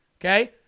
okay